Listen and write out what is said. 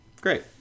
Great